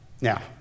Now